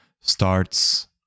starts